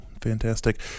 Fantastic